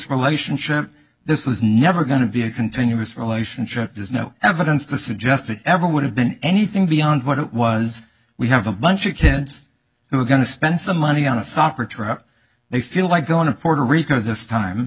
relationship this was never going to be a continuous relationship there's no evidence to suggest it ever would have been anything beyond what it was we have a bunch of kids who are going to spend some money on a soccer truck they feel like going to puerto rico this time